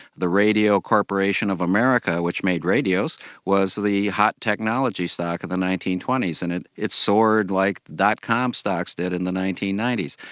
the radio corporation of america, which made radios was the hot technology stock of the nineteen twenty s, and it it soared like dot com stocks did in the nineteen ninety s.